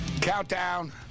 Countdown